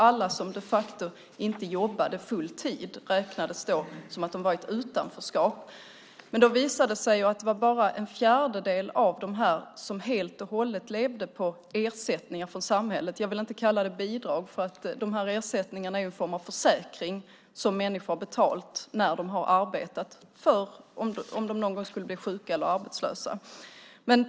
Alla som de facto inte jobbade full tid räknades alltså som att de befann sig i ett utanförskap. Dock visade det sig att bara en fjärdedel av dessa helt och hållet levde på ersättningar från samhället. Jag vill inte kalla det bidrag; de här ersättningarna är ju en form av försäkring som människor har betalat när de har arbetat för den händelse att de någon gång skulle bli sjuka eller arbetslösa.